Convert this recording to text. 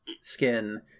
skin